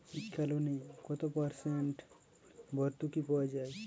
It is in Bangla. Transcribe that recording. শিক্ষা লোনে কত পার্সেন্ট ভূর্তুকি পাওয়া য়ায়?